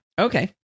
Okay